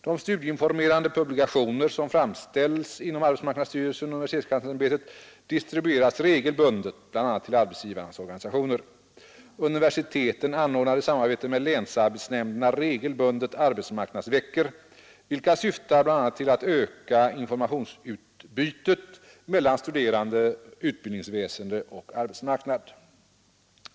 De studieinformerande publikationer som framställs inom arbetsmarknadsstyrelsen och universitetskansle ämbetet distribueras regelbundet bl.a. till arbetsgivarnas organisationer. Universiteten anordnar i samarbete med länsarbetsnämnderna regelbundet arbetsmarknadsveckor, vilka syftar bl.a. till att öka informationsutbytet mellan studerande, utbildningsväsende och arbetsmarknad.